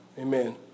Amen